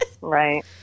Right